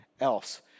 else